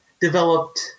developed